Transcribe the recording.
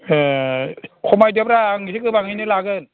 ए खमायदोब्रा आं एसे गोबांयैनो लागोन